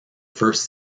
first